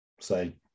say